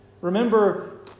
Remember